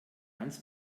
ganz